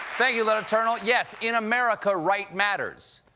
thank you, lieutenant colonel. yes, in america, right matters.